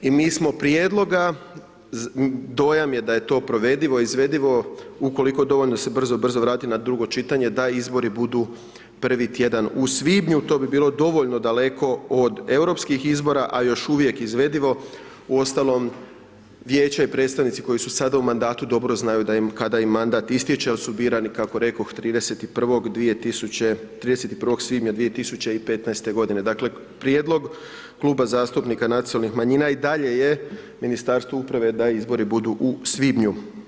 I mi smo prijedloga dojam je da je to provedivo, izvodivo, ukoliko dovoljno se brzo brzo vrati na drugo čitanje, da izbori budu prvi tjedan u svibnju, to bi bilo dovoljno daleko od europskih izbora, a još uvijek izvedivo, uostalom, Vijeće i predstavnici koji su sada u mandatu, dobro znaju kada im mandat ističe, jer su birani, kako rekoh 31. svibnja 2015. g. Dakle, prijedlog Kluba zastupnika Nacionalnih manjina i dalje je Ministarstvo uprave da izbori budu u svibnju.